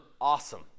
awesome